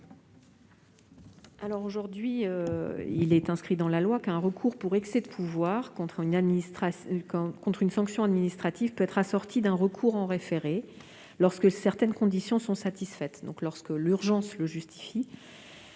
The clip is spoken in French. l'heure actuelle, il est inscrit dans la loi qu'un recours pour excès de pouvoir contre une sanction administrative peut être assorti d'un recours en référé, lorsque certaines conditions sont satisfaites- lorsque l'urgence le justifie,